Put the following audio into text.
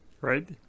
Right